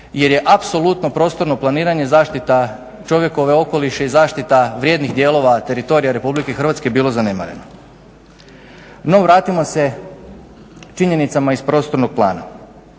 jer je apsolutno prostorno planiranje i zaštita čovjekovog okoliša i zaštita vrijednih dijelova teritorija RH bilo zanemareno. No vratimo se činjenicama iz prostornog plana.